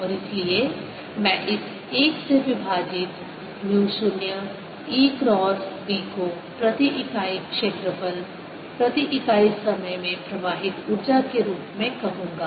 और इसलिए मैं इस 1 से विभाजित म्यू 0 E क्रॉस B को प्रति इकाई क्षेत्रफल प्रति इकाई समय में प्रवाहित ऊर्जा के रूप में कहूंगा